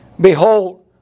Behold